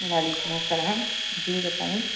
وعلیکم السلام جی بتائیں